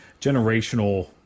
generational